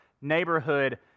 neighborhood